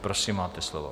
Prosím, máte slovo.